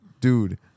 Dude